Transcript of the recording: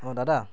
অঁ দাদা